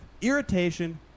irritation